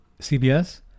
CBS